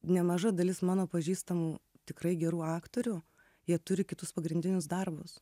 nemaža dalis mano pažįstamų tikrai gerų aktorių jie turi kitus pagrindinius darbus